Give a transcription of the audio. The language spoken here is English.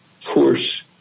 force